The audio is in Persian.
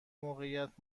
موقعیت